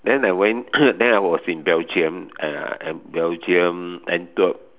then I went then I was in Belgium uh and Belgium Antwerp